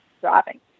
driving